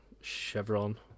chevron